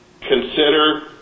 consider